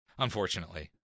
Unfortunately